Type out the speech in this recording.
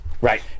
Right